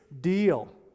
deal